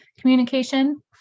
communication